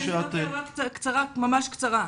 זו הערה ממש קצרה, ממש קצרה.